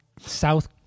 South